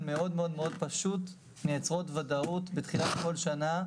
מאוד-מאוד פשוט ודאות בתחילת כל שנה,